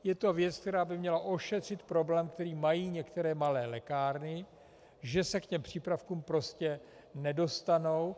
Je to věc, která by měla ošetřit problém, který mají některé malé lékárny, že se k těm přípravkům prostě nedostanou.